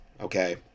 okay